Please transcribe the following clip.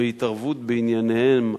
בהתערבות בענייניהן